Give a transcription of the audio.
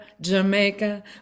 Jamaica